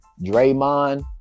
Draymond